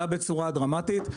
עלה בצורה דרמטית,